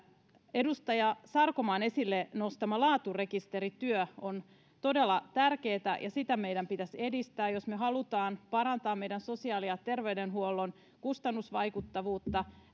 edustaja sarkomaan esille nostama laaturekisterityö on todella tärkeätä ja sitä meidän pitäisi edistää jos me haluamme parantaa meidän sosiaali ja terveydenhuollon kustannusvaikuttavuutta